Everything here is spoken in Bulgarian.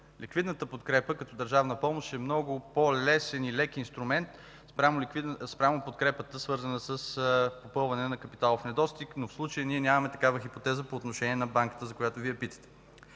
ликвидната подкрепа като държавна помощ е много по-лесен и лек инструмент спрямо подкрепата, свързана с попълване на капиталов недостиг. Но в случая ние нямаме такава хипотеза по отношение на Банката, за която Вие питате.